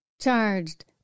charged